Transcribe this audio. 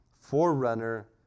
forerunner